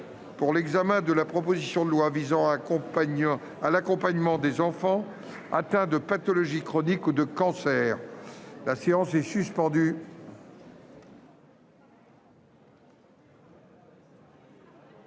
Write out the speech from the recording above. pour examiner la proposition de loi visant à l'accompagnement des enfants atteints de pathologie chronique ou de cancer, je souhaite